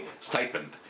stipend